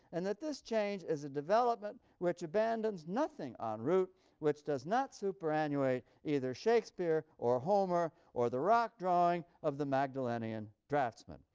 and that this change is a development which abandons nothing en um route which does not superannuate either shakespeare or homer, or the rock drawing of the magdalenian draftsman.